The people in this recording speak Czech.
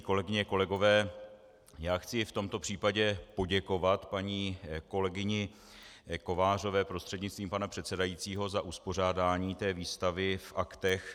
Kolegyně, kolegové, chci v tomto případě poděkovat paní kolegyni Kovářové prostřednictvím pana předsedajícího za uspořádání výstavy v aktech